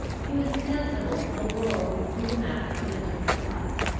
he was sensible the world would see the matter in a different light.